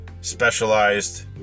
specialized